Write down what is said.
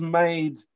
made